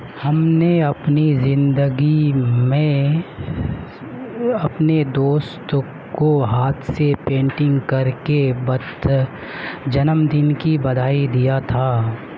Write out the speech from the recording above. ہم نے اپنی زندگی میں اپنے دوستوں کو ہاتھ سے پینٹنگ کر کے جنم دن کی بدھائی دیا تھا